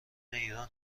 ایران